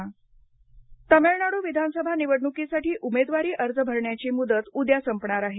तामिळनाडु तामिळनाडू विधानसभा निवडणुकीसाठी उमेदवारी अर्ज भरण्याची मुदत उद्या संपणार आहे